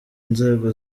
nzego